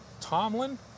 Tomlin